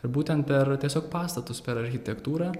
ir būtent per tiesiog pastatus per architektūrą